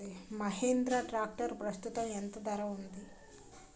Mahindra tractor ప్రస్తుతం ఎంత ధర ఉంది?